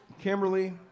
Kimberly